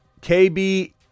KB